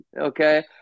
Okay